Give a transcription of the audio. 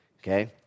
okay